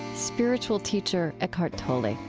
spiritual teacher eckhart tolle